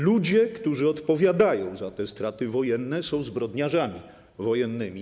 Ludzie, którzy odpowiadają za te straty wojenne, są zbrodniarzami wojennymi.